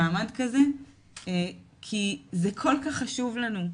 במעמד כזה וזה כי זה כל כך חשוב לנו.